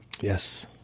Yes